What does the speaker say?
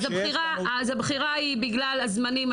אז הבחירה היא בגלל הזמנים,